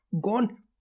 gone